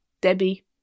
Debbie